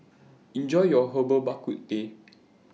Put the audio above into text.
Enjoy your Herbal Bak Ku Teh